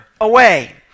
away